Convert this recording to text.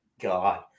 God